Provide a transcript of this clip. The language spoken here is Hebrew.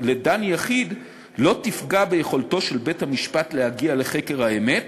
לדן יחיד לא תפגע ביכולתו של בית-המשפט להגיע לחקר האמת